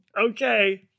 Okay